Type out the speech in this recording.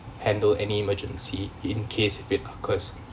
handle any emergency in case if they cause